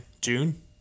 June